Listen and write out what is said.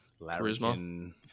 Charisma